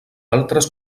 altres